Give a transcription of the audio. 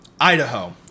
Idaho